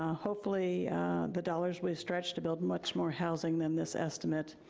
ah hopefully the dollars we stretch to build much more housing than this estimate.